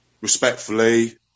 respectfully